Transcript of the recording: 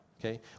okay